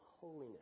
holiness